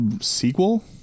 sequel